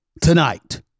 tonight